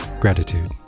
gratitude